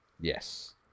Yes